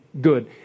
good